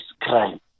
crime